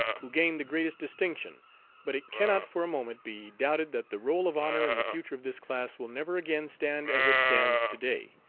who gained the greatest distinction but it cannot for a moment be doubted that the roll of honor in the future of this class will never again stand as it stands to-day.